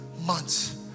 months